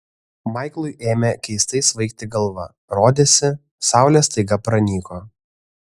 maiklui ėmė keistai svaigti galva rodėsi saulė staiga pranyko